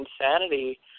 insanity